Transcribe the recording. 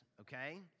okay